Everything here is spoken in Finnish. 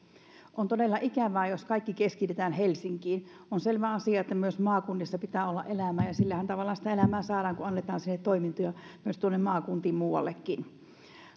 on todella ikävää jos kaikki keskitetään helsinkiin on selvä asia että myös maakunnissa pitää olla elämää ja sillä tavallahan sitä elämää saadaan kun annetaan toimintoja myös tuonne maakuntiin muuallekin